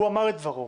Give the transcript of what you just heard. הוא אמר את דברו,